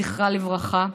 זכרה לברכה,